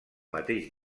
mateix